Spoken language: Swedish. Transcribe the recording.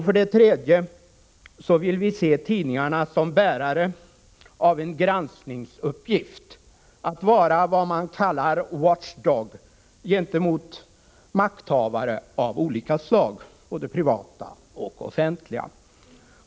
För det tredje vill vi se tidningarna som bärare av en granskningsuppgift; pressen skall vara vad man kallar en watchdog gentemot makthavare av olika slag, både privata och offentliga.